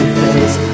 face